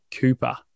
Cooper